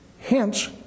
Hence